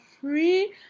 free